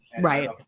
Right